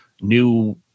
new